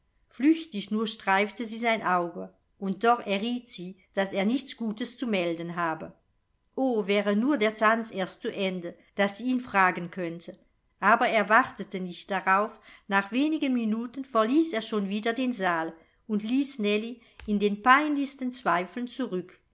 flüchtig nur streifte sie sein auge und doch erriet sie daß er nichts gutes zu melden habe o wäre nur der tanz erst zu ende daß sie ihn fragen könnte aber er wartete nicht darauf nach wenigen minuten verließ er schon wieder den saal und ließ nellie in den peinlichsten zweifeln zurück